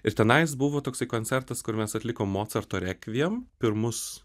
ir tenais buvo toksai koncertas kuriam mes atlikom mocarto rekviem pirmus